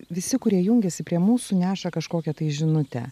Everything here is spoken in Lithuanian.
visi kurie jungiasi prie mūsų neša kažkokią tai žinutę